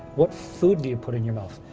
what food do you put in your mouth?